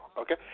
Okay